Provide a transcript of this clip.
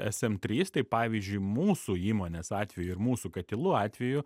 es em trys tai pavyzdžiui mūsų įmonės atveju ir mūsų katilų atveju